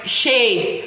shades